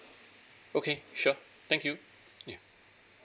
okay sure thank you